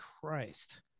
Christ